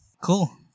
Cool